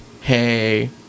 hey